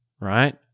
right